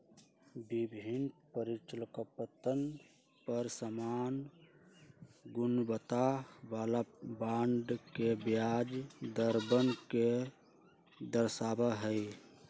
विभिन्न परिपक्वतवन पर समान गुणवत्ता वाला बॉन्ड के ब्याज दरवन के दर्शावा हई